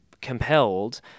compelled